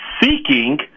seeking